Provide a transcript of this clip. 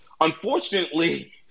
Unfortunately